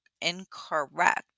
incorrect